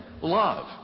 love